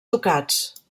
ducats